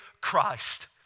Christ